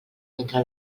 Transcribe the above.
mentre